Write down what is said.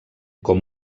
com